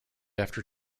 after